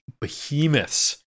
behemoths